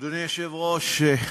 אדוני היושב-ראש,